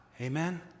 Amen